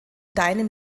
deinem